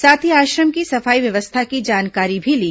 साथ ही आश्रम की सफाई व्यवस्था की जानकारी भी ली